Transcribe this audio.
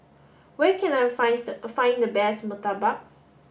where can I find the best Murtabak